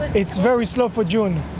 it's very slow for joining.